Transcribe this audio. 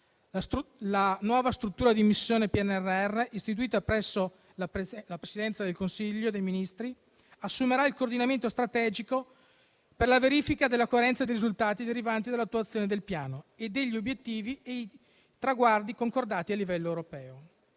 La nuova struttura di missione PNRR, istituita presso la Presidenza del Consiglio dei ministri, assumerà il coordinamento strategico per la verifica della coerenza dei risultati derivanti dall'attuazione del Piano e degli obiettivi e i traguardi concordati a livello europeo.